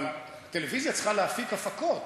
אבל הטלוויזיה צריכה להפיק הפקות,